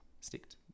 sticked